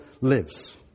lives